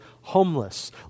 homeless